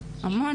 שאמה,